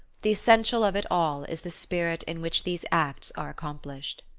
the essential of it all is the spirit in which these acts are accomplished.